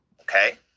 Okay